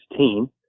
2016